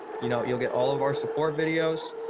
you know you'll get all of our support videos,